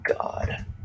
God